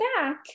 back